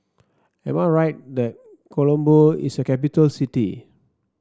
am I right that Colombo is a capital city